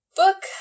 book